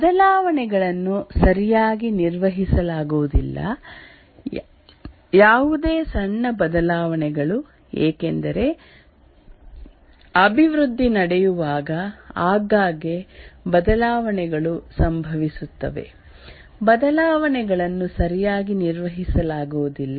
ಬದಲಾವಣೆಗಳನ್ನು ಸರಿಯಾಗಿ ನಿರ್ವಹಿಸಲಾಗುವುದಿಲ್ಲ ಯಾವುದೇ ಸಣ್ಣ ಬದಲಾವಣೆಗಳು ಏಕೆಂದರೆ ಅಭಿವೃದ್ಧಿ ನಡೆಯುವಾಗ ಆಗಾಗ್ಗೆ ಬದಲಾವಣೆಗಳು ಸಂಭವಿಸುತ್ತವೆ ಬದಲಾವಣೆಗಳನ್ನು ಸರಿಯಾಗಿ ನಿರ್ವಹಿಸಲಾಗುವುದಿಲ್ಲ